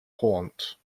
haunt